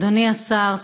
אדוני השר,